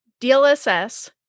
DLSS